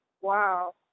Wow